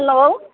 hello